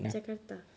jakarta